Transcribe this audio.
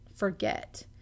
forget